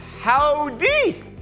howdy